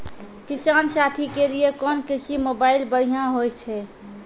किसान साथी के लिए कोन कृषि मोबाइल बढ़िया होय छै?